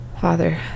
Father